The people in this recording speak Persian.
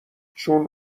چون